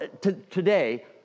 today